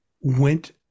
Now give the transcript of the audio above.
went